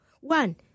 one